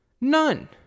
None